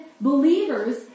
believers